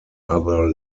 other